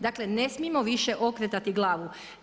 Dakle, ne smijemo više okretati glavu.